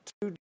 two